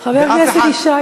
חבר הכנסת ישי,